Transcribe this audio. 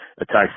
attacks